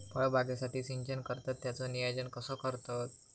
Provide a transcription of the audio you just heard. फळबागेसाठी सिंचन करतत त्याचो नियोजन कसो करतत?